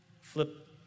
Flip